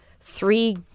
three